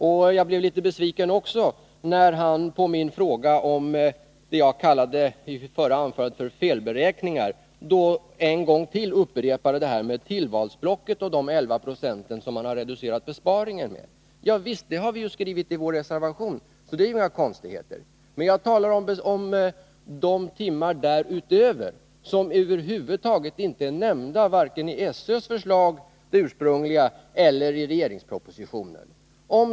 Jag blev också litet besviken när han, med anledning av det som jag i mitt förra anförande kallade för felberäkningar, en gång till återkom till tillvalsblocket och de 11 96 som man har reducerat besparingen med. Det har vi skrivit om i vår reservation — det är inga konstigheter. Men jag talar om de timmar då eleverna läser i sammansatta grupper och som över huvud taget inte är nämnda, varken i SÖ:s ursprungliga förslag eller i propositionen.